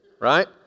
right